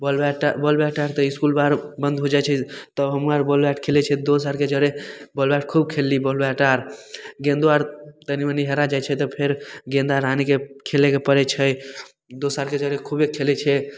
ball bat तऽ ball bat आर तऽ इसकुल आर बन्द हो जाइ छै तऽ हमहूँ आर बॉल बैट खेलै छिए दोस आरके जरे बॉल बैट खूब खेलली बॉल बैट आर गेन्दो आर तनि मनि हेरा जाइ छै तऽ फेर गेन्द आर आनिके खेलैके पड़ै छै दोसरके जरे खूबे खेलै छिए